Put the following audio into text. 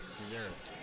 deserved